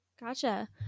Gotcha